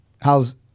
how's